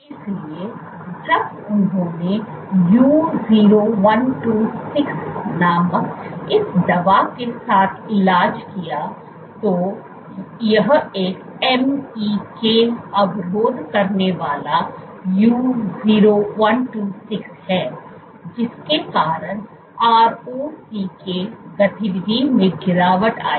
इसलिए जब उन्होंने U0126 नामक इस दवा के साथ इलाज किया तो यह एक MEK अवरोध करनेवाला U0126 है जिसके कारण ROCK गतिविधि में गिरावट आई